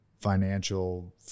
financial